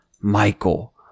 Michael